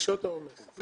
בשעות העומס.